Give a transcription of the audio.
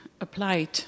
applied